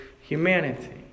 humanity